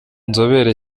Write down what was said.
nzobere